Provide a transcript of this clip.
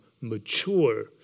mature